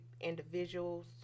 individuals